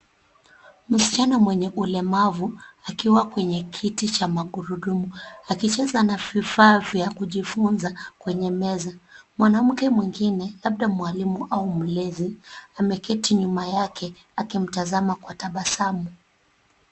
Msichana mwenye ulemavu akiwa kwenye kiti cha magurudumu akicheza na vifaa vya kujifunza kwenye meza. Mwanamke mwingine labda mwalimu au mlezi ameketi nyuma yake akimtazama kwa tabasamu.